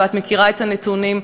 ואת מכירה את הנתונים,